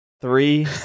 Three